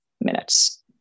minutes